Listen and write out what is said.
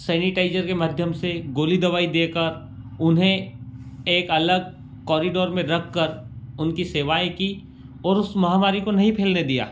sanitiser के माध्यम से गोली दवाई दे कर उन्हें एक अलग कॉरिडोर में रख कर उनकी सेवाएँ की और उस महामारी को नहीं फैलने दिया